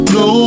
no